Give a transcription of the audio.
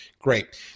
Great